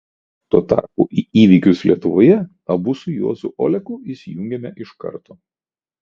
tuo tarpu į įvykius lietuvoje abu su juozu oleku įsijungėme iš karto